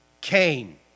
Cain